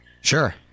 Sure